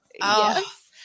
Yes